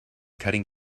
cutting